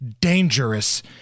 dangerous